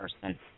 person